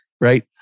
right